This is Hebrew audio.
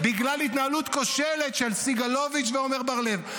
בגלל התנהלות כושלת של סגלוביץ' ועמר ברלב.